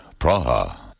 Praha